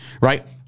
right